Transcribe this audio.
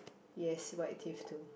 yes white teeth too